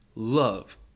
Love